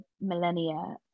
millennia